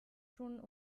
schon